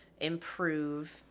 improve